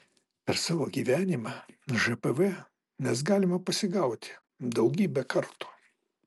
per savo gyvenimą žpv mes galime pasigauti daugybę kartų